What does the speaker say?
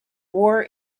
war